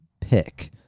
pick